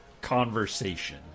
conversation